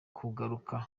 kugaruka